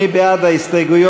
מי בעד ההסתייגויות?